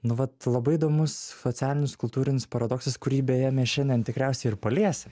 nu vat labai įdomus socialinis kultūrinius paradoksas kurį beje mes šiandien tikriausiai ir paliesim